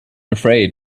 afraid